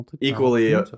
equally